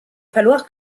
falloir